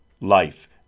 life